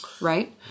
right